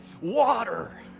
water